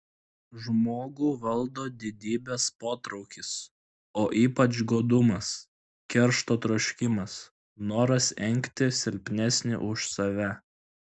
žmogų valdo didybės potraukis o ypač godumas keršto troškimas noras engti silpnesnį už save